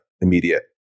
Immediate